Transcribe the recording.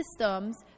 systems